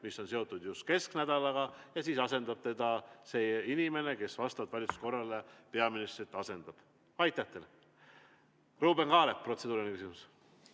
mis on seotud just kesknädalaga, ja siis asendab teda see inimene, kes vastavalt valitsuskorrale peaministrit asendab. Aitäh teile! Ruuben Kaalep, protseduuriline küsimus!